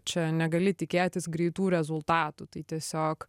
čia negali tikėtis greitų rezultatų tai tiesiog